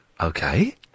Okay